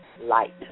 light